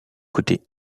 côté